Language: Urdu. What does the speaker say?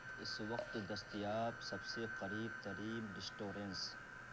اس وقت دستیاب سب سے قریب ترین ریسٹورینز